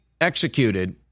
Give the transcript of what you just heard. executed